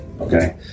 okay